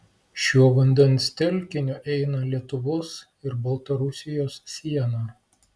šiuo vandens telkiniu eina lietuvos ir baltarusijos siena